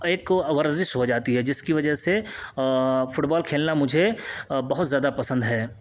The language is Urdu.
ایک ورزش ہو جاتی ہے جس کی وجہ سے فٹبال کھیلنا مجھے بہت زیادہ پسند ہے